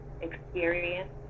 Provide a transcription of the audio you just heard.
experience